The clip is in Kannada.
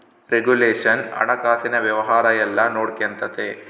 ರೆಗುಲೇಷನ್ ಹಣಕಾಸಿನ ವ್ಯವಹಾರ ಎಲ್ಲ ನೊಡ್ಕೆಂತತೆ